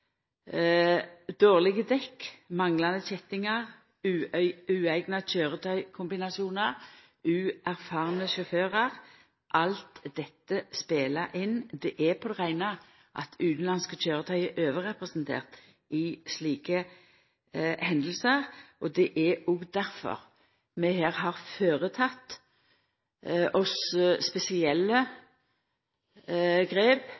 Dårlege dekk, manglande kjettingar, ueigna køyretøykombinasjonar, uerfarne sjåførar – alt dette spelar inn. Det er på det reine at utanlandske køyretøy er overrepresenterte i slike hendingar, og det er òg difor vi har teke spesielle grep